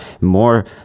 more